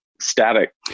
static